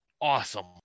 awesome